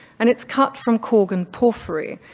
and it's cut from korgon porphyry.